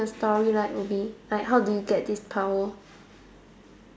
your story line would be like how do you get this power